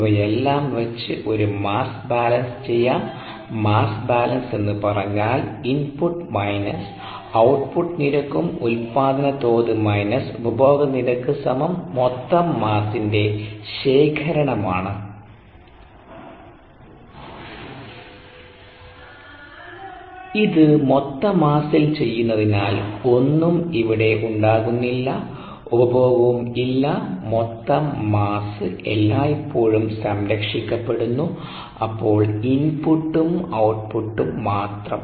ഇവയെല്ലാം വച്ച് ഒരു മാസ്സ് ബാലൻസ് ചെയ്യാംമാസ് ബാലൻസ് എന്നു പറഞ്ഞാൽ ഇൻപുട്ട് മൈനസ് ഔട്ട്പുട്ട് നിരക്കും ഉൽപാദന തോത് മൈനസ് ഉപഭോഗനിരക്ക് സമം മൊത്തം മാസ്സിൻറെ ശേഖരണം ആണ് ഇത് മൊത്ത മാസ്സിൽ ചെയ്യുന്നതിനാൽഒന്നും ഇവിടെ ഉണ്ടാകുന്നില്ലഉപഭോഗവും ഇല്ല മൊത്തം മാസ്സ് എല്ലായ്പ്പോഴും സംരക്ഷിക്കപ്പെടുന്നു അപ്പോൾ ഇൻപുട്ടും ഔട്പുട്ടും മാത്രം